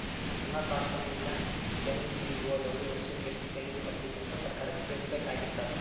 ಅನ್ನಾಥಾಶ್ರಮ್ಮಾ ಇಲ್ಲಾ ಎನ್.ಜಿ.ಒ ದವ್ರು ವರ್ಷಕ್ ಯೆಸ್ಟ್ ದೇಣಿಗಿ ಬರ್ತೇತಿ ಅಂತ್ ಸರ್ಕಾರಕ್ಕ್ ತಿಳ್ಸಬೇಕಾಗಿರ್ತದ